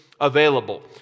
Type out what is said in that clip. available